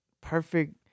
perfect